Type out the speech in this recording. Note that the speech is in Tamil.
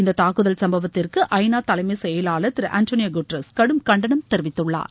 இந்த தாக்குதல் சம்பவத்திற்கு ஐநா தலைமைச் செயலாளா் திரு அண்டோனியோ குட்ரஸ் கடும் கண்டனம் தெரிவித்துள்ளார்